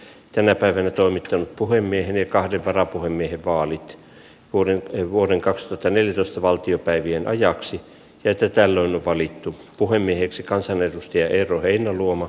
tänä päivänä toimittanut puhemiehen ja kahden varapuhemiehen vaalit oli vuoden kaksituhattaneljätoista valtiopäivien ajaksi että täällä on valittu puhemieheksi kansanedustaja eero heinäluoma